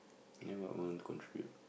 then what you want to contribute